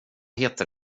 heter